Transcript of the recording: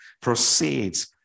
proceeds